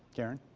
karen.